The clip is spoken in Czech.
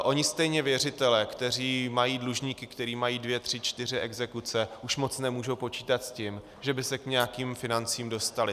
Oni stejně věřitelé, kteří mají dlužníky, kteří mají dvě tři čtyři exekuce, už moc nemůžou počítat s tím, že by se k nějakým financím dostali.